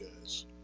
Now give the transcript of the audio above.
guys